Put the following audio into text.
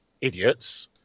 idiots